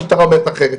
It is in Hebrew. המשטרה אומרת אחרת.